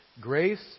Grace